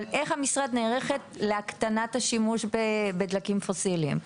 אבל איך המשרד נערך להקטנת השימוש בדלקים פוסיליים?